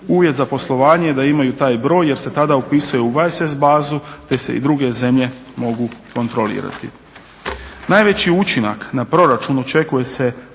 Uvjet za poslovanje je da imaju taj broj jer im se tada upisuje u VIES bazu te se i druge zemlje mogu kontrolirati. Najveći učinak na proračun očekuje se